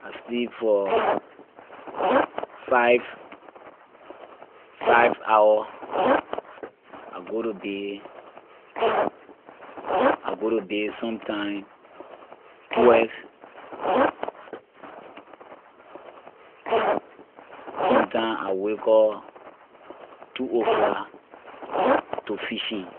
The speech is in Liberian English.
I sleep for five five hour I go to bay I go to bay sometime twelve sometime I wake up two o’clock to fishing